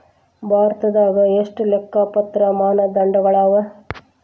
ಭಾರತದಾಗ ಎಷ್ಟ ಲೆಕ್ಕಪತ್ರ ಮಾನದಂಡಗಳವ?